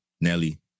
Nelly